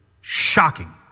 shocking